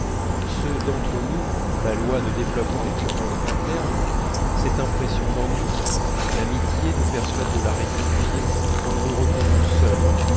ceux d'entre nous dont la loi de développement est purement interne cette impression d'ennui l'amitié nous persuade de la rectifier quand nous nous retrouvons seuls